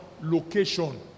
Location